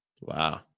Wow